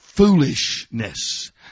foolishness